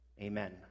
Amen